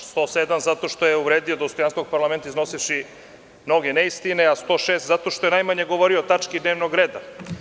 Član 107. zato što je uvredio dostojanstvo ovog parlamenta iznosivši mnoge neistine, a 106. zato što je najmanje govorio o tački dnevnog reda.